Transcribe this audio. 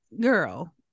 girl